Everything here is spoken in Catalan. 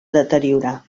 deteriorar